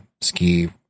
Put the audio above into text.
ski